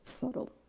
subtle